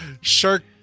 Shark